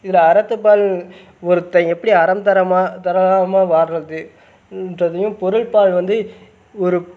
இதில் அறத்துப்பால் ஒருத்தன் எப்படி அறம் தரமாக தராம வாழ்றது என்றதையும் பொருள்பால் வந்து ஒரு